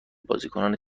بازیکنان